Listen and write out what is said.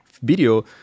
video